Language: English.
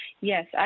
Yes